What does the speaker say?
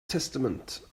testament